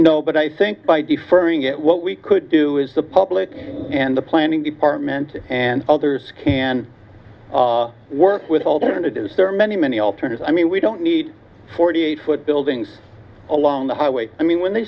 no but i think by deferring it what we could do is the public and the planning department and others can work with alternatives there are many many alternatives i mean we don't need forty eight foot buildings along the highway i mean when they